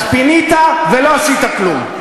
אז פינית ולא עשית כלום.